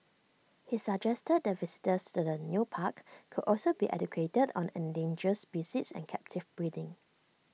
he suggested that visitors to the new park could also be educated on endangered species and captive breeding